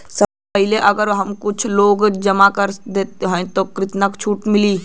समय से पहिले अगर हम कुल लोन जमा कर देत हई तब कितना छूट मिली?